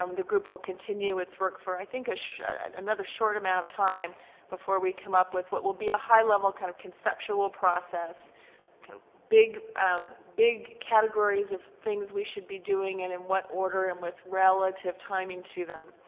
um the group will continue its work for i think another short amount of time before we come up with what will be a high level kind of conceptual process big um big categories of things we should be doing and in what order and with relative timing to them.